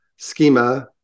schema